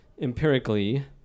empirically